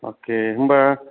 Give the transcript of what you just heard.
अके होमबा